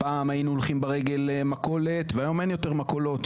פעם היינו הולכים ברגל למכולת והיום אין יותר מכולות,